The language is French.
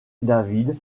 david